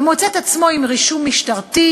ומוצא את עצמו עם רישום משטרתי.